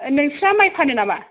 नोंस्रा माइ फानो नामा